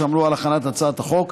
שעמלו על הכנת הצעת החוק.